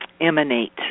emanate